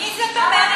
מי זאת אמריקה?